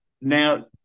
Now